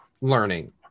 learning